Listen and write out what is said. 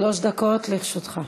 שלוש דקות לרשותך.